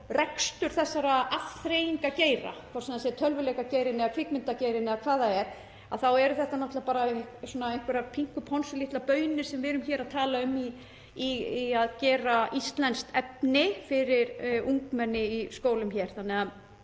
rekstur þessara afþreyingargeira, hvort sem það er tölvuleikjageirinn eða kvikmyndageirinn eða hvað það er, þá eru þetta náttúrlega bara einhverjar pínuponsulitlar baunir sem við erum að tala um í að gera íslenskt efni fyrir ungmenni í skólum hér,